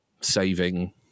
saving